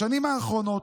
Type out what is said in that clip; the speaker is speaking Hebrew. בשנים האחרונות,